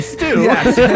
Yes